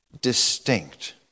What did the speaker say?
distinct